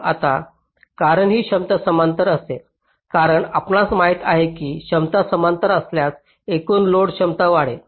आता कारण ही क्षमता समांतर असेल कारण आपणास माहित आहे की क्षमता समानांतर असल्यास एकूण लोड क्षमता वाढेल